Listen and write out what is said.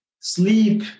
Sleep